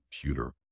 computer